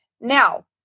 Now